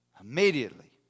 Immediately